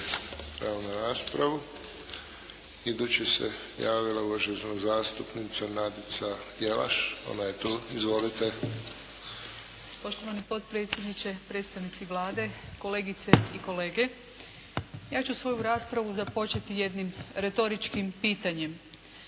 pravo na raspravu. Idući se javila uvažena zastupnica Nadica Jelaš. Ona je tu. Izvolite. **Jelaš, Nadica (SDP)** Poštovani potpredsjedniče, predstavnici Vlade, kolegice i kolege. Ja ću svoju raspravu započeti jednim retoričkim pitanjem.